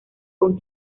con